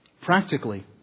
Practically